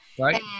Right